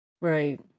Right